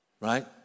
Right